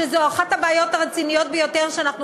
שזו אחת הבעיות הרציניות ביותר שאנחנו